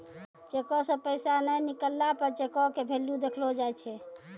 चेको से पैसा नै निकलला पे चेको के भेल्यू देखलो जाय छै